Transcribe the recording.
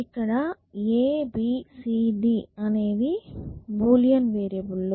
ఇక్కడ a b c d అనేవి Boolean variable లు